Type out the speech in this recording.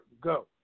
go